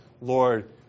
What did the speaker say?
Lord